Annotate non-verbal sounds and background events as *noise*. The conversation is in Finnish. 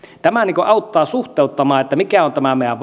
tämä auttaa suhteuttamaan mikä on tämä meidän *unintelligible*